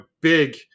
big